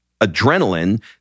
adrenaline